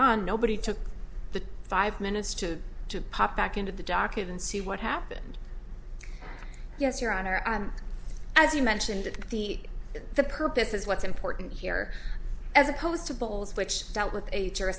on nobody took the five minutes to to pop back into the docket and see what happened yes your honor on as you mentioned the the purpose is what's important here as opposed to bowles which dealt with a